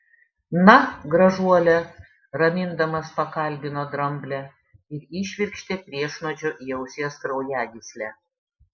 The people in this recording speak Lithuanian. na gražuole ramindamas pakalbino dramblę ir įšvirkštė priešnuodžio į ausies kraujagyslę